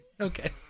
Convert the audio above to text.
Okay